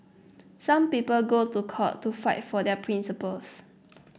some people go to court to fight for their principles